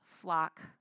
flock